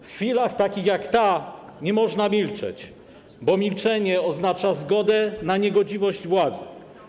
W chwilach takich jak ta nie można milczeć, bo milczenie oznacza zgodę na niegodziwość władzy.